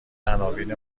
عناوین